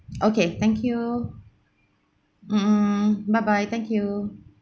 okay thank you mm mm bye bye thank you